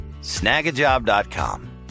snagajob.com